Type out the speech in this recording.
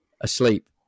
asleep